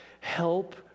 Help